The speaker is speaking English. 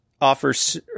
offers